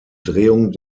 drehung